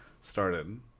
started